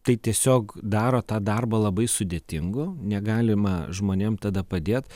tai tiesiog daro tą darbą labai sudėtingu negalima žmonėm tada padėt